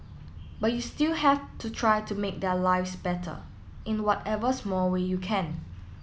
but you still have to try to make their lives better in whatever small way you can